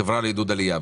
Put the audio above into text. חברה לעידוד עלייה.